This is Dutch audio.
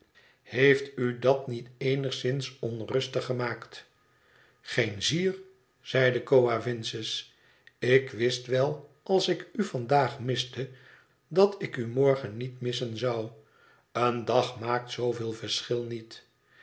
dat u niet eenigszins onrustig gemaakt geen zier zeide coavinses ik wist wel als ik u vandaag miste dat ik u morgen niet missen zou een dag maakt zooveel verschil niet